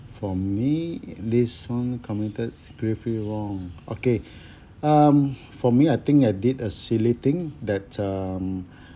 for me it this one committed gravely wrong okay um for me I think I did a silly thing that um